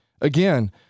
again